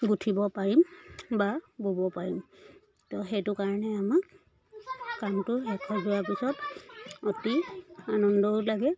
গুঁঠিব পাৰিম বা ব'ব পাৰিম তো সেইটো কাৰণে আমাৰ কামটো শেষ হৈ যোৱাৰ পিছত অতি আনন্দও লাগে